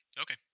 Okay